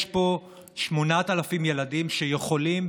יש פה 8,000 ילדים שיכולים,